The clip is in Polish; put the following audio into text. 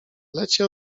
lecie